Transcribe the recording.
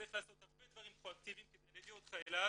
צריך לעשות הרבה דברים פרואקטיביים כדי להביא אותך אליו